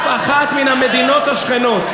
אף אחת מן המדינות השכנות.